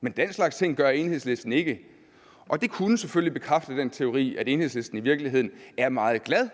Men den slags gør Enhedslisten ikke, og det kunne selvfølgelig bekræfte den teori, at Enhedslisten i virkeligheden er meget glad